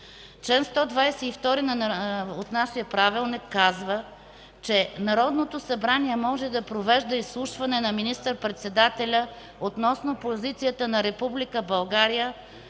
Член 122 от нашия Правилник казва, че: „Народното събрание може да провежда изслушване на министър-председателя относно позицията на Република България